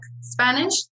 Spanish